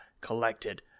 Collected